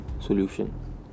solution